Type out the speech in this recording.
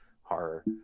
horror